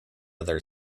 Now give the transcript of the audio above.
other